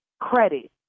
credit